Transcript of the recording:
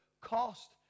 cost